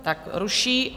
Tak ruší.